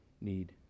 need